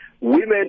women